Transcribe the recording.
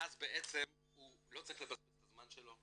ואז בעצם הוא לא צריך לבזבז את הזמן שלו,